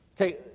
Okay